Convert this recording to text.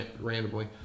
randomly